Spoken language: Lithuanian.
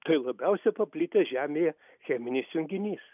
tai labiausiai paplitęs žemėje cheminis junginys